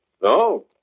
No